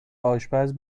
آشپز